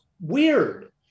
weird